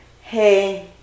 hey